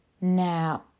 Now